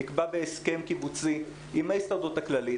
נקבע בהסכם קיבוצי עם ההסתדרות הכללית